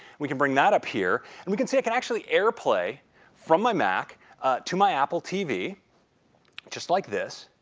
we can bring that up here and we can see it can actually airplay from my mac to my apple tv just like this.